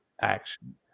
action